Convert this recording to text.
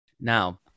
Now